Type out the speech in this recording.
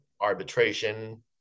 arbitration